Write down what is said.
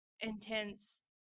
intense